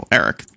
eric